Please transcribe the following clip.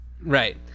Right